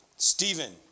Stephen